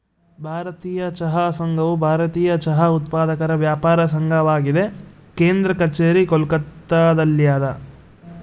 ಭಾರತೀಯ ಚಹಾ ಸಂಘವು ಭಾರತೀಯ ಚಹಾ ಉತ್ಪಾದಕರ ವ್ಯಾಪಾರ ಸಂಘವಾಗಿದೆ ಕೇಂದ್ರ ಕಛೇರಿ ಕೋಲ್ಕತ್ತಾದಲ್ಯಾದ